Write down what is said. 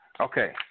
Okay